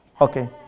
Okay